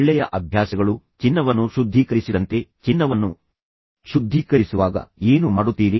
ಒಳ್ಳೆಯ ಅಭ್ಯಾಸಗಳು ಚಿನ್ನವನ್ನು ಶುದ್ಧೀಕರಿಸಿದಂತೆ ಆದ್ದರಿಂದ ನೀವು ಚಿನ್ನವನ್ನು ಶುದ್ಧೀಕರಿಸುವಾಗ ಏನು ಮಾಡುತ್ತೀರಿ